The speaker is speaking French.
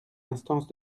instance